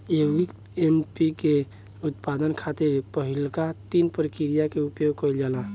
यौगिक एन.पी.के के उत्पादन खातिर पहिलका तीन प्रक्रिया के उपयोग कईल जाला